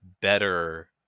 better